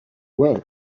well